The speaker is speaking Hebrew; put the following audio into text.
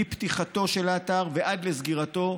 מפתיחתו של האתר ועד לסגירתו,